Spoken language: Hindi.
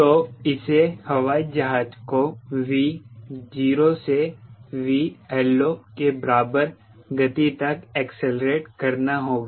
तो इसे हवाई जहाज को V 0 से 𝑉LO के बराबर गति तक एक्सेलरेट करना होगा